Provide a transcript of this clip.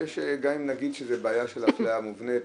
גם אם נגיד שזו בעיה של אפליה מובנית,